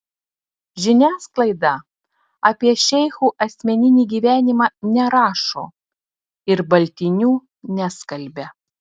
žiniasklaida apie šeichų asmeninį gyvenimą nerašo ir baltinių neskalbia